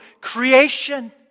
creation